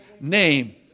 name